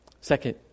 Second